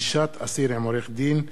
(פגישת אסיר עם עורך-דין),